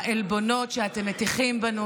לעלבונות שאתם מטיחים בנו,